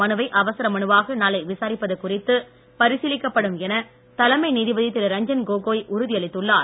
மனுவை அவசர மனுவாக நாளை விசாரிப்பது இந்த குறித்துப்பரிசீலிக்கப்படும் என தலைமை நீதிபதி திரு ரஞ்சன் கோகோய் உறுதியளித்துள்ளார்